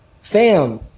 fam